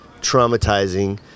traumatizing